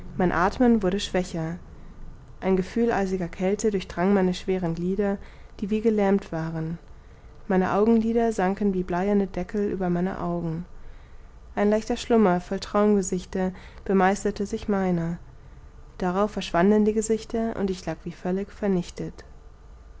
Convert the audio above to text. mein athmen wurde schwächer ein gefühl eisiger kälte durchdrang meine schweren glieder die wie gelähmt waren meine augenlider sanken wie bleierne deckel über meine augen ein leichter schlummer voll traumgesichter bemeisterte sich meiner darauf verschwanden die gesichter und ich lag wie völlig vernichtet